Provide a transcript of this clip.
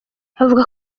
avuga